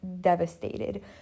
devastated